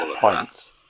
points